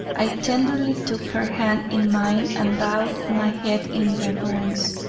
i tenderly took her hand in mine and bowed my head in reverence.